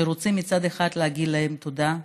שרוצים מצד אחד להגיד להם תודה,